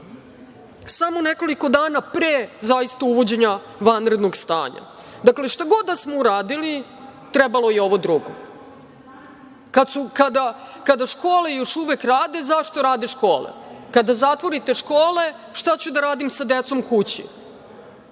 samo nekoliko dana pre zaista uvođenja vanrednog stanja. Dakle, šta god da smo uradili trebalo je ovo drugo. Kada škole još uvek rade – zašto rade škole? Kada zatvorite škole – šta ću da radim sa decom kući?